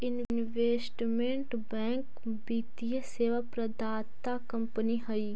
investment bank वित्तीय सेवा प्रदाता कंपनी हई